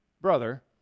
brother